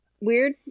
weird